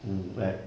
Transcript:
mm like